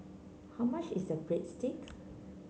how much is Breadstick